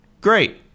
Great